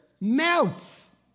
melts